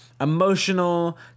emotional